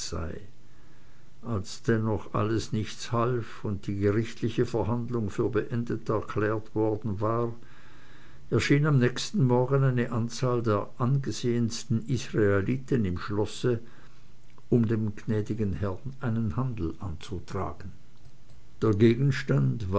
als dennoch alles nichts half und die gerichtliche verhandlung für beendet erklärt worden war erschien am nächsten morgen eine anzahl der angesehensten israeliten im schlosse um dem gnädigen herrn einen handel anzutragen der gegenstand